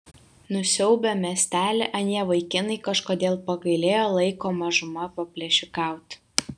nusiaubę miestelį anie vaikinai kažkodėl pagailėjo laiko mažumą paplėšikauti